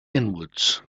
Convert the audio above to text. inwards